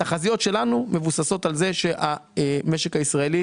התחזיות שלנו מבוססות על זה שהמשק הישראלי